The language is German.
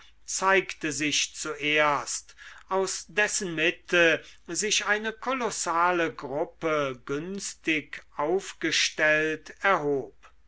zeigte sich zuerst aus dessen mitte sich eine kolossale gruppe günstig aufgestellt erhob